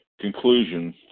conclusion